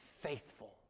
faithful